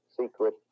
secret